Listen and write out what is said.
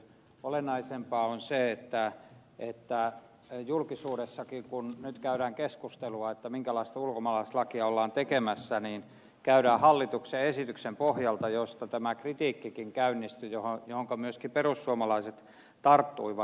olennaisempaa on se että julkisuudessakin kun nyt käydään keskustelua minkälaista ulkomaalaislakia ollaan tekemässä sitä käydään hallituksen esityksen pohjalta josta tämä kritiikkikin käynnistyy johonka myöskin perussuomalaiset tarttuivat